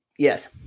Yes